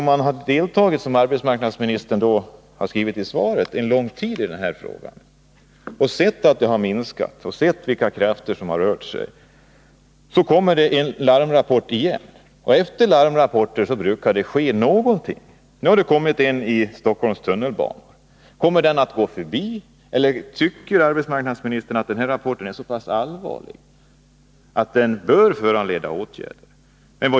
Vi interpellanter har, som arbetsmarknadsministern skriver i svaret, sedan lång tid tillbaka deltagit i detta arbete, sett att skadorna minskat och sett vilka krafter som rör sig. Nu har det kommit en larmrapport igen beträffande Stockholms tunnelbana, och efter larmrapporter brukar det ske någonting. Kommer den att förbigås med tystnad, eller tycker arbetsmarknadsministern att den rapporten är så pass allvarlig att den bör föranleda åtgärder?